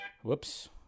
Whoops